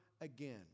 again